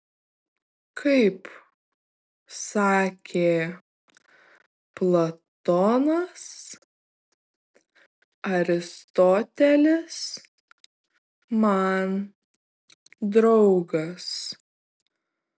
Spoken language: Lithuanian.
kaip sakė platonas aristotelis man draugas